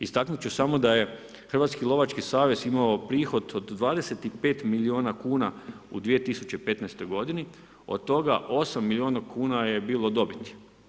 Istaknut ću samo da je Hrvatski lovački savez imao prihod od 25 miliona kuna u 2015. godini od toga 8 miliona kuna je bilo dobiti.